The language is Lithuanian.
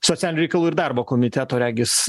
socialinių reikalų ir darbo komiteto regis